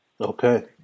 Okay